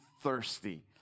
thirsty